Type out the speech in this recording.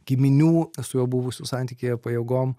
giminių su juo buvusių santykyje pajėgom